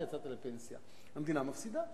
אתה יצאת לפנסיה, המדינה מפסידה.